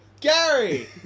Gary